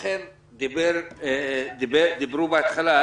לכן דיברו בהתחלה